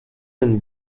and